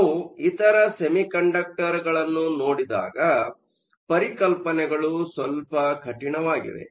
ನಾವು ಇತರ ಸೆಮಿಕಂಡಕ್ಟರ್ಗಳನ್ನು ನೋಡಿದಾಗ ಪರಿಕಲ್ಪನೆಗಳು ಸ್ವಲ್ಪ ಕಠಿಣವಾಗಿವೆ